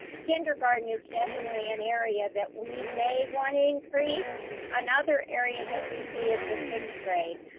kindergarten is definitely an area that we may wanna increase another area that we see as the sixth grade.